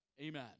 Amen